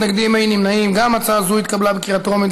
התקבלה בקריאה טרומית,